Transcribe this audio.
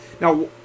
Now